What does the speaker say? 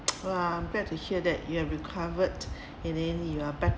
!wah! glad to hear that you have recovered and then you are bet~